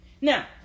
Now